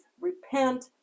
Repent